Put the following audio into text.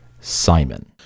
Simon